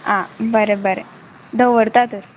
आ बरें बरें दवरता तर